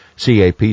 CAP